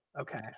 Okay